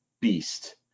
beast